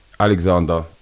Alexander